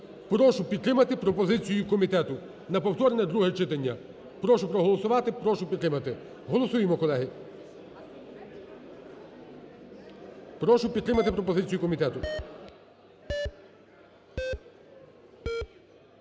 Прошу підтримати пропозицію комітету, на повторне друге читання. Прошу проголосувати, прошу підтримати. Голосуємо, колеги. Прошу підтримати пропозицію комітету.